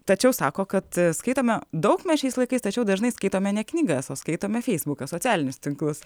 tačiau sako kad skaitome daug mes šiais laikais tačiau dažnai skaitome ne knygas o skaitome feisbuką socialinius tinklus